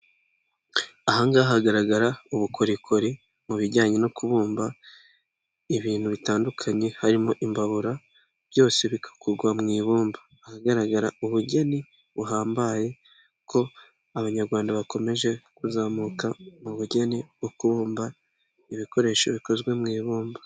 Ahangaha hagaragara ubukorikori mu bijyanye no kubumba ibintu bitandukanye harimo imbabura byose bigakugwa mu ibumba ahagaragara ubugeni buhambaye ko abanyarwanda bakomeje kuzamuka mu bugeni bwo kubumba ibikoresho bikozwe mu ibumba.